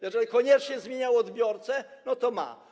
Jeżeli koniecznie zmieniał odbiorcę, to tak ma.